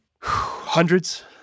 Hundreds